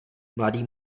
mladý